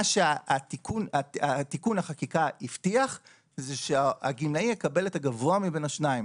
מה שתיקון החקיקה הבטיח זה שהגמלאי יקבל את הגבוה מבין השניים,